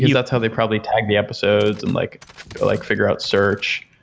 because that's how they probably tag the episodes and like like figure out search.